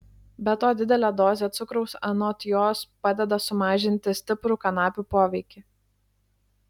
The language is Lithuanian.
be to didelė dozė cukraus anot jos padeda sumažinti stiprų kanapių poveikį